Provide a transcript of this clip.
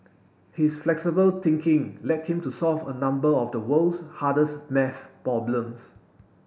his flexible thinking led him to solve a number of the world's hardest maths problems